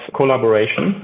collaboration